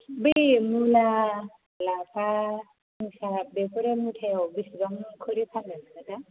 बे मुला लाफा मुथा बेफोरो मुथायाव बेसेबां खरि फानो नोंसोर दा